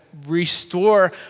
restore